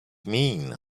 mean